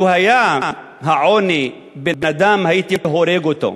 לו היה העוני בן-אדם, הייתי הורג אותו.